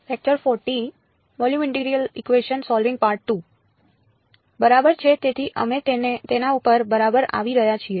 Computational Electromagnetics બરાબર છે તેથી અમે તેના પર બરાબર આવી રહ્યા છીએ